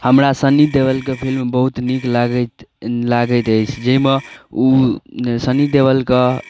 हमरा सनी देवलके फिल्म बहुत नीक लागैत लागैत अछि जाहिमे ओ सनी देवलके